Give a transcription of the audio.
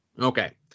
okay